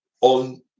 on